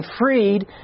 freed